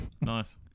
Nice